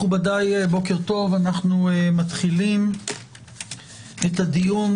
מכובדי אנחנו מתחילים את הדיון.